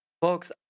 Folks